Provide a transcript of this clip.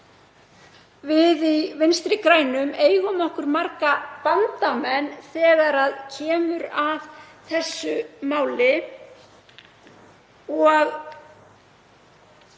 við í Vinstri grænum eigum okkur marga bandamenn þegar kemur að þessu máli. Vegna